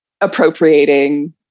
appropriating